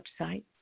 website